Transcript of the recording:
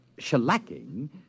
shellacking